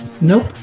Nope